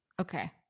okay